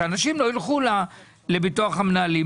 שאנשים לא ילכו לביטוח המנהלים?